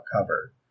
cover